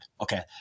Okay